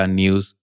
news